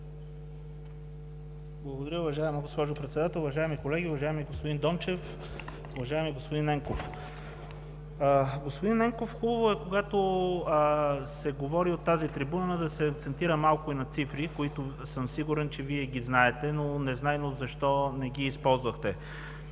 Благодаря, уважаема госпожо Председател! Уважаеми колеги, уважаеми господин Дончев, уважаеми господин Ненков! Господин Ненков, хубаво е, когато се говори от тази трибуна, да се акцентира малко и на цифри, които съм сигурен, че Вие ги знаете, но незнайно защо не ги използвахте.